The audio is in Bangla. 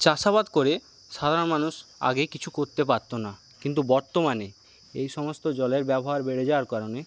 চাষাবাদ করে সাধারণ মানুষ আগে কিছু করতে পারতো না কিন্তু বর্তমানে এই সমস্ত জলের ব্যবহার বেড়ে যাওয়ার কারণে